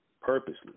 purposely